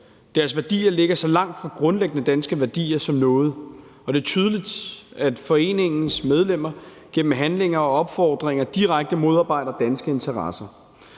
Deres værdier ligger så langt fra grundlæggende danske værdier som noget, og det er tydeligt, at foreningens medlemmer gennem handlinger og opfordringer direkte modarbejder danske interesser.